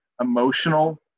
emotional